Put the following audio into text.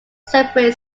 separate